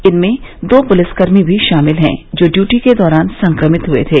इनमें दो पुलिसकर्मी भी शामिल हैं जो ड्यूटी के दौरान संक्रमित हुए थे